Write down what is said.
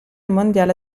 mondiale